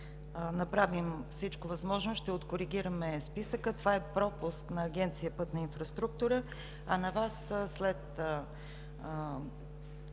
направим всичко възможно и ще откоригираме списъка. Това е пропуск на Агенция „Пътна инфраструктура“, а на Вас след